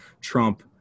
Trump